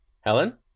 Helen